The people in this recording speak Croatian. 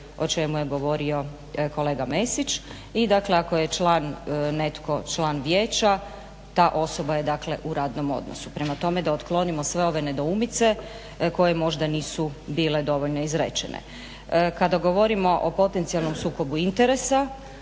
o čemu je govorio kolega Mesić. I dakle, ako je član, netko član vijeća ta osoba je dakle u radnom odnosu. Prema tome, da otklonimo sve ove nedoumice koje možda nisu bile dovoljno izrečene. Kada govorimo o potencijalnom sukobu interesa